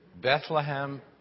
Bethlehem